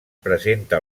presenta